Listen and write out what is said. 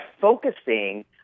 focusing